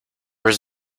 was